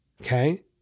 okay